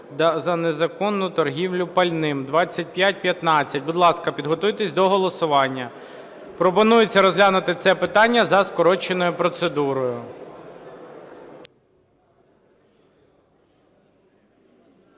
за незаконну торгівлю пальним (2515). Будь ласка, підготуйтесь до голосування. Пропонується розглянути це питання за скороченою процедурою.